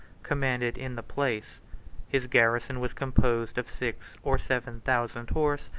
commanded in the place his garrison was composed of six or seven thousand horse,